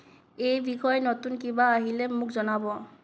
এই বিষয়ে নতুন কিবা আহিলে মোক জনাব